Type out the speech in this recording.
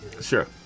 Sure